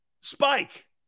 Spike